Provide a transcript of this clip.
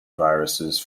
viruses